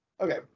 Okay